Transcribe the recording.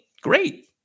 Great